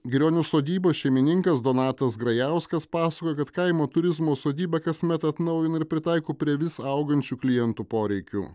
girionių sodybos šeimininkas donatas grajauskas pasakojo kad kaimo turizmo sodybą kasmet atnaujina ir pritaiko prie vis augančių klientų poreikių